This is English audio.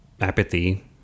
apathy